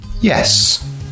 yes